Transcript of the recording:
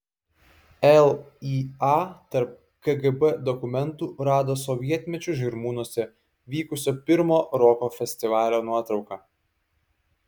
lya tarp kgb dokumentų rado sovietmečiu žirmūnuose vykusio pirmo roko festivalio nuotrauką